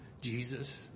Jesus